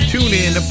TuneIn